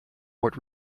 what